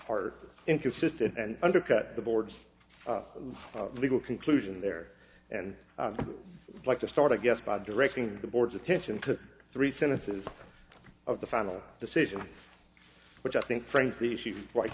part inconsistent and undercut the board's legal conclusion there and like to start i guess by directing the board's attention to three sentences of the final decision which i think frankly she